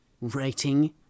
writing